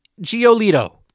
Giolito